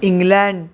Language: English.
England